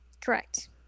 Correct